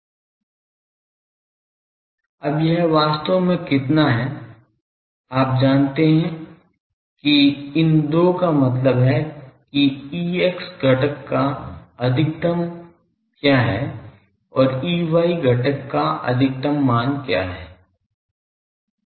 अब यह वास्तव में कितना है आप जानते है की कि इन 2 का मतलब है कि Ex घटक का अधिकतम क्या है और Ey घटक का अधिकतम क्या है